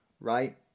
right